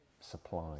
supply